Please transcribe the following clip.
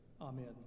Amen